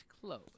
close